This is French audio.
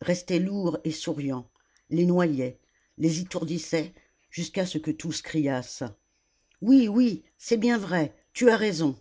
restait lourd et souriant les noyait les étourdissait jusqu'à ce que tous criassent oui oui c'est bien vrai tu as raison